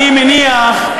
תבנה לגובה.